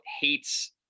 hates